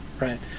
right